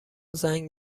زنگ